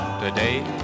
today